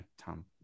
Tom